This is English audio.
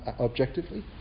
objectively